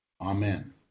Amen